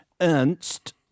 Ernst